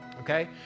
Okay